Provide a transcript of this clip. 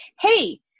hey